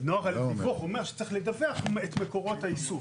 הדיווח אומר שצריך לדווח את מקורות האיסוף,